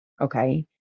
okay